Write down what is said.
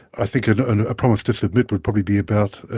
i think and a promise to submit would probably be about,